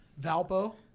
Valpo